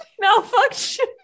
malfunction